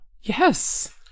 Yes